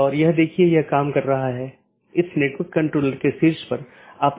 यह हर BGP कार्यान्वयन के लिए आवश्यक नहीं है कि इस प्रकार की विशेषता को पहचानें